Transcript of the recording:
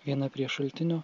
viena prie šaltinio